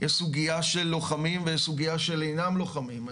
יש סוגיה של לוחמים ויש סוגיה של אינם לוחמים.